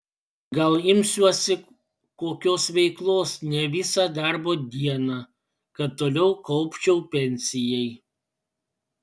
gal imsiuosi kokios veiklos ne visą darbo dieną kad toliau kaupčiau pensijai